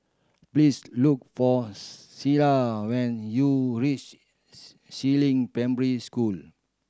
please look for Selah when you reach Si Ling Primary School